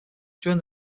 during